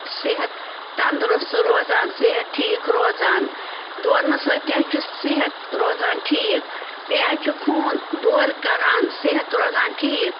صحت تنٛدرُست روزان صحت ٹھیٖک روزان دورنہٕ سۭتۍ تہِ حظ چھُ صحت روزان ٹھیٖک بیٚیہِ حظ چھُ خوٗن دورٕ کران صحت روزان ٹھیٖک